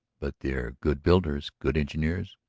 but they were good builders, good engineers,